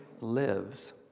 lives